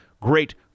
great